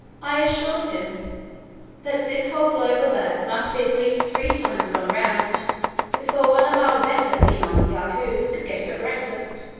i assured him that this whole globe of earth must be at least three times gone round before one of our better female yahoos could get her breakfast,